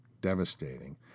Devastating